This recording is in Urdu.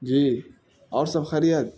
جی اور سب خیریت